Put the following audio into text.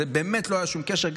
באמת לא היה שום קשר,